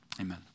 amen